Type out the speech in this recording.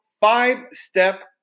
five-step